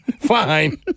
fine